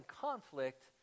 conflict